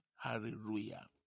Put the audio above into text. Hallelujah